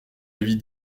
avis